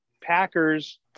Packers